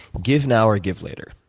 give now or give later?